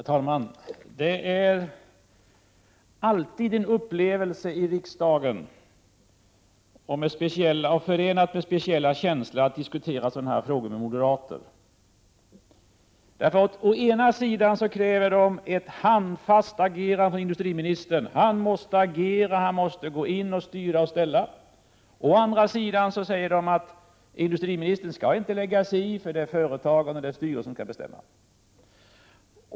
Herr talman! Det är alltid en upplevelse och förenat med en speciell känsla att i riksdagen diskutera den här frågan med moderaterna. Å ena sidan kräver moderaterna ett handfast agerande av industriministern: han måste agera, gå in, styra och ställa. Å andra sidan säger moderaterna att industriministern inte skall lägga sig i, det är företagens styrelser som skall bestämma.